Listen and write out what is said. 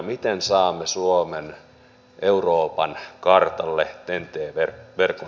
miten saamme suomen euroopan kartalle ten t verkon osalta